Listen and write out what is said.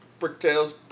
Bricktails